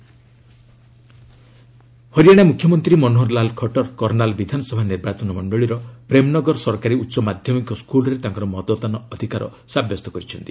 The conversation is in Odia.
ହରିୟାଣା ସିଏମ୍ ଭୋଟ୍ ହରିୟାଣା ମ୍ରଖ୍ୟମନ୍ତ୍ରୀ ମନୋହରଲାଲ ଖଟର୍ କର୍ଷାଲ୍ ବିଧାନସଭା ନିର୍ବାଚନ ମଣ୍ଡଳୀର ପ୍ରେମ୍ନଗର ସରକାରୀ ଉଚ୍ଚ ମାଧ୍ୟମିକ ସ୍କୁଲ୍ରେ ତାଙ୍କର ମତଦାନ ଅଧିକାର ସାବ୍ୟସ୍ତ କରିଛନ୍ତି